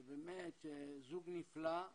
שבאמת זוג נפלא,